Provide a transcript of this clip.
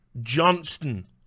johnston